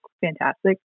fantastic